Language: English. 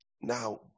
Now